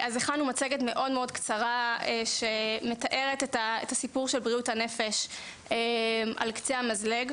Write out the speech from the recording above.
אז הכנו מצגת קצרה שמתארת את הסיפור של בריאות הנפש על קצה המזלג.